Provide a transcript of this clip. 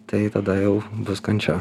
tai tada jau bus kančia